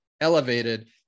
elevated